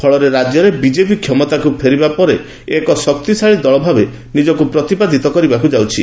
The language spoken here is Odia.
ଫଳରେ ରାଜ୍ୟରେ ବିଜେପି କ୍ଷମତାକୁ ଫେରିବା ପରେ ଏକ ଶକ୍ତିଶାଳୀ ଦଳଭାବେ ପ୍ରତିପାଦିତ ହେବାକୁ ଯାଉଛି